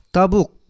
Tabuk